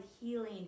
healing